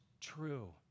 true